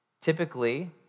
typically